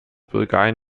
bulgarien